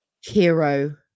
Hero